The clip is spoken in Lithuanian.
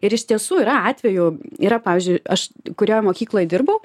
ir iš tiesų yra atvejų yra pavyzdžiui aš kurioj mokykloj dirbau